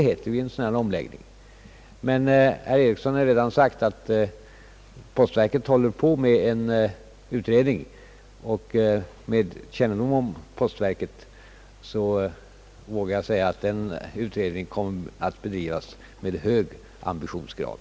Herr Eriksson har redan nämnt att postverket håller på med en utredning, och med min kännedom om postverket vågar jag påstå att denna utredning kommer att bedrivas med hög ambitionsgrad.